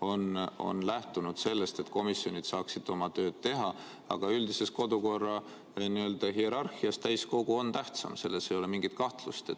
on lähtutud sellest, et komisjonid saaksid oma tööd teha. Aga üldises kodukorra hierarhias on täiskogu istung tähtsam, selles ei ole mingit kahtlust.